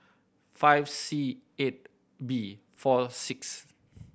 five C eight B four six